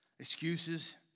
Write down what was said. Excuses